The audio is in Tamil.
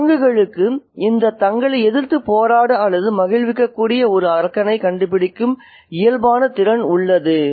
குரங்குகளுக்கு இந்த தங்களை எதிர்த்துப் போராட அல்லது மகிழ்விக்கக்கூடிய ஒரு அரக்கனைக் கண்டுபிடிக்கும் இயல்பான திறன் உள்ளது